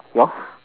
yours